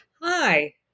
Hi